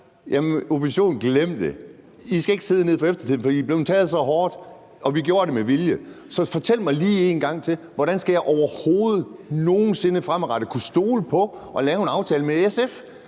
til oppositionen, er: Glem det, I skal ikke sidde ned for eftertiden, for I er blevet så taget hårdt, og vi gjorde det med vilje. Så fortæl mig lige en gang til, hvordan jeg overhovedet nogen sinde fremadrettet skal kunne stole på SF og lave en aftale med